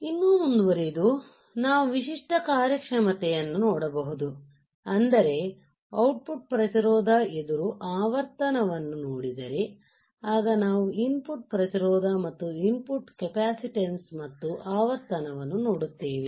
ಇನ್ನೂ ಮುಂವರಿದು ನಾವು ವಿಶಿಷ್ಟ ಕಾರ್ಯಕ್ಷಮತೆಯನ್ನು ನೋಡಬಹುದು ಅಂದರೆ ಔಟ್ ಪುಟ್ ಪ್ರತಿರೋಧ ಎದುರು ಆವರ್ತನವನ್ನು ನೋಡಿದರೆ ಆಗ ನಾವು ಇನ್ ಪುಟ್ ಪ್ರತಿರೋಧ ಮತ್ತು ಇನ್ ಪುಟ್ ಕೆಪಾಸಿಟನ್ಸ್ ಮತ್ತು ಆವರ್ತನವನ್ನು ನೋಡುತ್ತೇವೆ